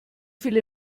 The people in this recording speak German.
viele